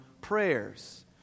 prayers